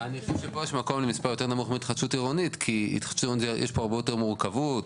יש עוד נושא שקפץ פה עכשיו, שהוא בכלל סיפור אחר.